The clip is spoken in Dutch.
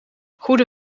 goede